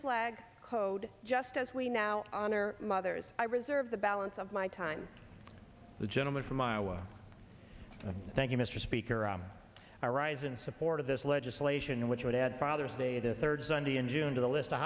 flag code just as we now honor mothers i reserve the balance of my time the gentleman from iowa thank you mr speaker i rise in support of this legislation which would add father's day to third sunday and june to the list of